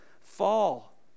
fall